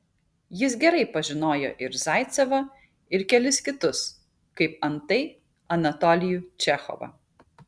jis gerai pažinojo ir zaicevą ir kelis kitus kaip antai anatolijų čechovą